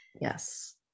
Yes